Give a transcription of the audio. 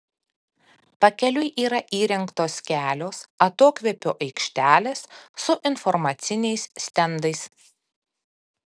pakeliui yra įrengtos kelios atokvėpio aikštelės su informaciniais stendais